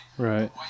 Right